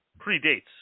predates